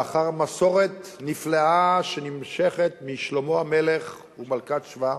לאחר מסורת נפלאה שנמשכת משלמה המלך ומלכת שבא,